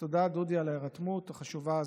אז תודה, דודי, על ההירתמות החשובה הזאת.